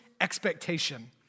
expectation